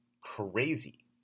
crazy